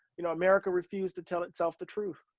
you know, america refused to tell itself the truth.